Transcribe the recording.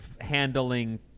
handling